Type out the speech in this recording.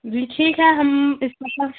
جی ٹھیک ہے ہم اس پتہ